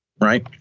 right